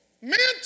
Mental